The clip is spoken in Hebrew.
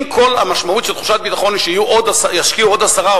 אם כל המשמעות של תחושת ביטחון זה שישקיעו עוד 10,